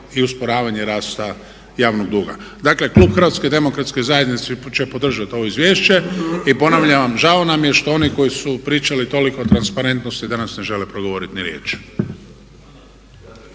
i usporavanje rasta javnog duga. Dakle, klub HDZ-a će podržati ovo izvješće i ponavljam vam žao nam je što oni koji su pričali toliko o transparentnosti danas ne žele progovoriti ni riječi.